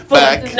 back